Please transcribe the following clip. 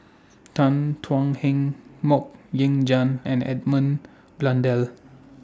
Tan Thuan Heng Mok Ying Jang and Edmund Blundell